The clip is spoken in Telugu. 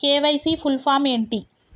కే.వై.సీ ఫుల్ ఫామ్ ఏంటి?